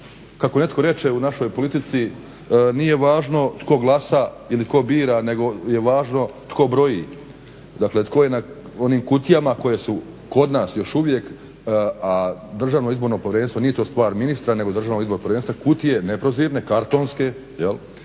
kako netko reče, u našoj politici nije važno tko glasa ili tko bira nego je važno tko broji, dakle tko je na onim kutijama koje su kod nas još uvijek a DIP, nije to stvar ministra nego DIP-a, kutije neprozirne, kartonske, ne